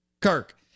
Kirk